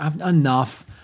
enough